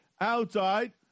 outside